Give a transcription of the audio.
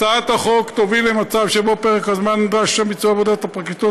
הצעת החוק תוביל למצב שבו פרק הזמן הנדרש לביצוע עבודת הפרקליטות